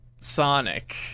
Sonic